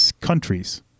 countries